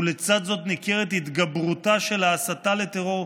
ולצד זאת ניכרת התגברותה של ההסתה לטרור,